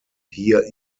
hier